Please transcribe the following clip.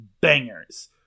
bangers